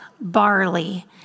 barley